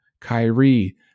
Kyrie